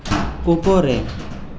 উপরে